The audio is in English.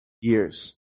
years